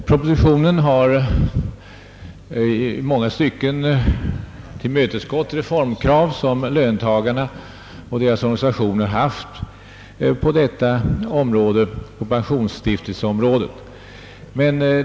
Propositionen har i många stycken tillmötesgått de reformkrav som löntagarna och deras - organisationer har haft på pensionsområdet.